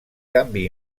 canvi